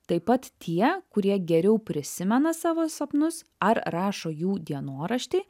taip pat tie kurie geriau prisimena savo sapnus ar rašo jų dienoraštį